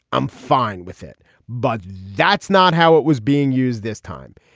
i'm fine with it but that's not how it was being used this time.